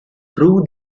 through